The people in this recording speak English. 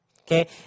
Okay